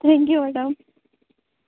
thank you madam